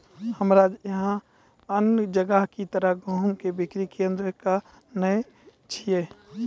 हमरा यहाँ अन्य जगह की तरह गेहूँ के बिक्री केन्द्रऽक नैय छैय?